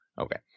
Okay